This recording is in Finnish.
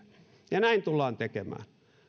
ja näin tullaan tekemään